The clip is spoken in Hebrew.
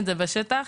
בשטח.